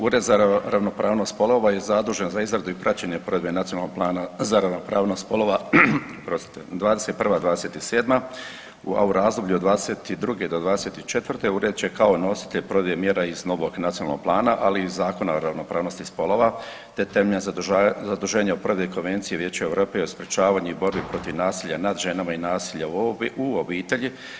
Ured za ravnopravnost spolova je zadužen za izradu i praćenje provedbe Nacionalnog plana za ravnopravnost spolova, oprostite, 21.-a i 27-a u razdoblju od 22. do 24.-te Ured će kao nositelj provedbe mjera iz novog Nacionalnog plana ali i iz Zakona o ravnopravnosti spolova, te temeljem zaduženja o prodaji Konvencije Vijeću Europe i o sprječavanju i borbi protiv nasilja nad ženama i nasilja u obitelji.